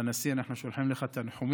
והנשיא, אנחנו שולחים לך תנחומים.